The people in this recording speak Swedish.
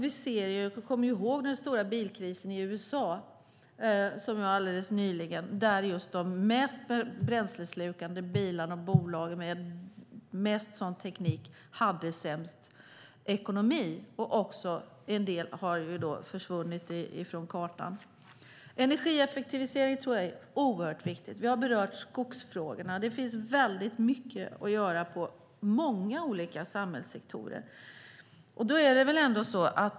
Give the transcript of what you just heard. Vi kommer ihåg den stora bilkrisen i USA alldeles nyligen, där de mest bränsleslukande bilarna och bolagen med mest sådan teknik hade sämst ekonomi. En del har ju också försvunnit från kartan. Jag tror att energieffektivisering är oerhört viktigt. Vi har berört skogsfrågorna. Det finns mycket att göra i många olika samhällssektorer.